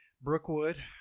Brookwood